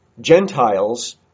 Gentiles